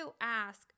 ask